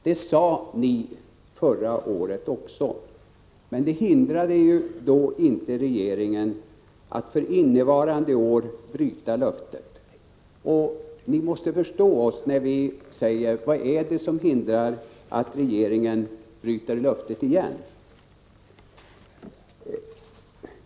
Detta sade ni förra året också, men det hindrade inte regeringen att för innevarande år bryta löftet. Ni måste förstå oss när vi frågar vad det är som hindrar att regeringen bryter löftet igen.